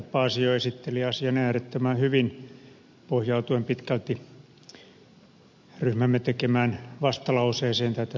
paasio esitteli asian äärettömän hyvin pohjaten pitkälti ryhmämme tekemään vastalauseeseen tai tässähän on kaksikin ryhmää